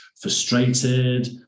frustrated